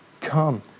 Come